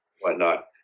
whatnot